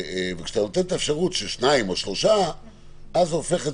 וכשאתה נותן את האפשרות של שניים או שלושה אז זה הופך את